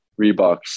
reeboks